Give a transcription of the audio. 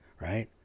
right